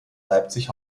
leipzig